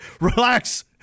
Relax